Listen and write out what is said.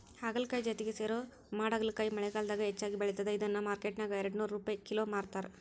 ಹಾಗಲಕಾಯಿ ಜಾತಿಗೆ ಸೇರೋ ಮಾಡಹಾಗಲಕಾಯಿ ಮಳೆಗಾಲದಾಗ ಹೆಚ್ಚಾಗಿ ಬೆಳಿತದ, ಇದನ್ನ ಮಾರ್ಕೆಟ್ನ್ಯಾಗ ಎರಡನೂರ್ ರುಪೈ ಕಿಲೋ ಮಾರ್ತಾರ